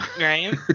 right